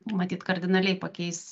matyt kardinaliai pakeis